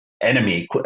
enemy